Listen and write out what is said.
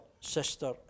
sister